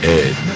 ed